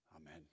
Amen